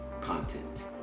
content